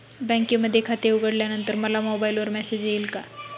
बँकेमध्ये खाते उघडल्यानंतर मला मोबाईलवर मेसेज येईल का?